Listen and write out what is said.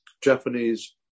Japanese